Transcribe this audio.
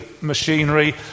machinery